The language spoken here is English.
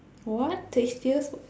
what tastiest